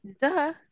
duh